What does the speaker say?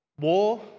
War